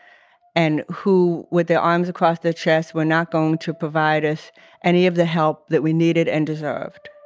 and who, with their arms across their chest, were not going to provide us any of the help that we needed and deserved.